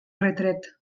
retret